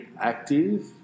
active